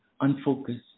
unfocused